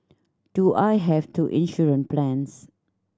do I have two insurance plans